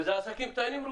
ורובם זה עסקים קטנים.